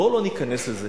בואו לא ניכנס לזה.